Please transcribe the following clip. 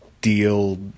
deal